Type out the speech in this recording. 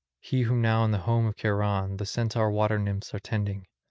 he whom now in the home of cheiron the centaur water-nymphs are tending,